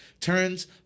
Turns